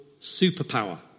superpower